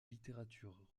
littérature